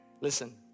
Listen